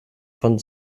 von